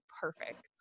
perfect